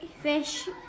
fish